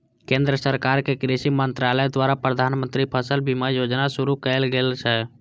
केंद्र सरकार के कृषि मंत्रालय द्वारा प्रधानमंत्री फसल बीमा योजना शुरू कैल गेल छै